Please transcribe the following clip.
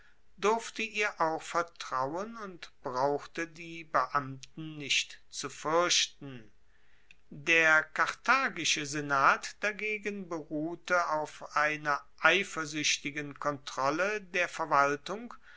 durfte ihr auch vertrauen und brauchte die beamten nicht zu fuerchten der karthagische senat dagegen beruhte auf einer eifersuechtigen kontrolle der verwaltung